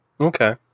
Okay